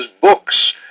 books